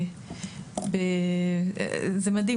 זה מדהים,